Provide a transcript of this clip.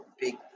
big